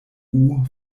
macht